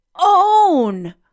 own